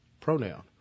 pronoun